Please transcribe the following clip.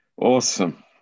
awesome